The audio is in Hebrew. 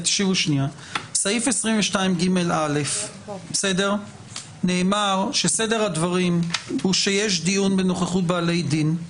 בסעיף 220ג(א) נאמר שסדר הדברים הוא שיש דיון בנוכחות בעלי דין,